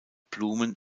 blumen